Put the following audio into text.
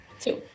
Two